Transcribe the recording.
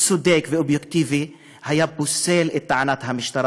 צודק ואובייקטיבי היה פוסל את טענת המשטרה